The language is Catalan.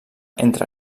entre